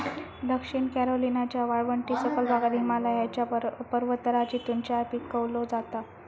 दक्षिण कॅरोलिनाच्या वाळवंटी सखल भागात हिमालयाच्या पर्वतराजीतून चाय पिकवलो जाता